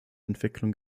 entwicklung